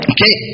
Okay